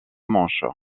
manche